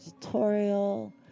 tutorial